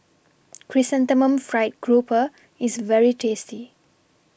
Chrysanthemum Fried Grouper IS very tasty